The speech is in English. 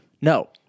No